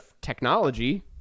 technology